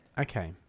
Okay